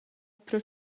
pro